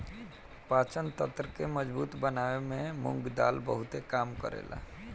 पाचन तंत्र के मजबूत बनावे में मुंग दाल बहुते काम करेला